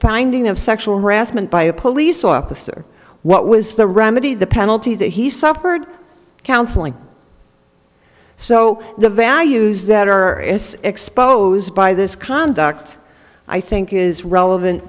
finding of sexual harassment by a police officer what was the remedy the penalty that he suffered counseling so the values that are exposed by this conduct i think is relevant